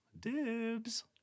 Dibs